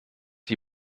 die